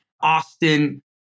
Austin